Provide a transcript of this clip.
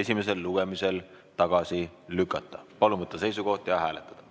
esimesel lugemisel tagasi lükata. Palun võtta seisukoht ja hääletada!